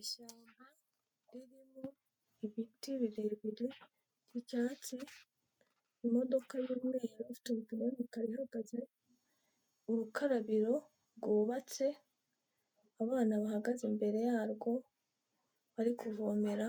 Ishyamba ririmo ibiti birebire kucyatsi imodoka y'umweru yatumbi ikaba ihagaze urukarabiro rwubatse abana bahagaze imbere yarwo bari kuvomera